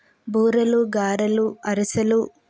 బూరెలు గారెలు అరిసెలు